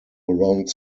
around